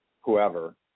whoever